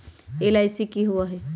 LIC की होअ हई?